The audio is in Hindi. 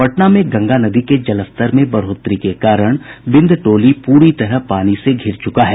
पटना में गंगा नदी के जलस्तर में बढ़ोतरी के कारण बिंदटोली प्ररी तरह पानी से धिर चुका है